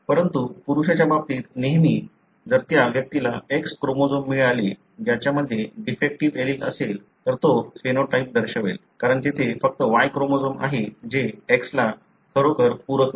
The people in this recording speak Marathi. परंतु पुरुषाच्या बाबतीत नेहमी जर त्या व्यक्तीला X क्रोमोझोम मिळाले ज्याच्या मध्ये डिफेक्टीव्ह एलील असेल तर तो फेनोटाइप दर्शवेल कारण तेथे फक्त Y क्रोमोझोम आहे जे X ला खरोखर पूरक नाही